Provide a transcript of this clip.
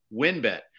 WinBet